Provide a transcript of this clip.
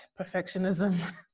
perfectionism